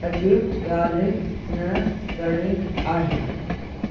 अॼु ॻाल्हि न करिणी आहे